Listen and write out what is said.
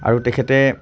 আৰু তেখেতে